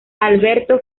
alberto